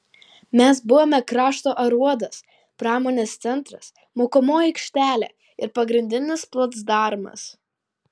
mes buvome krašto aruodas pramonės centras mokomoji aikštelė ir pagrindinis placdarmas